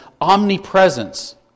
omnipresence